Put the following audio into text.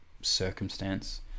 circumstance